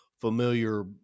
familiar